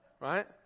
Right